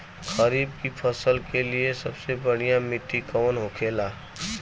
खरीफ की फसल के लिए सबसे बढ़ियां मिट्टी कवन होखेला?